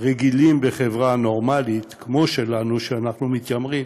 רגילים בחברה נורמלית כמו שלנו, שאנחנו מתיימרים,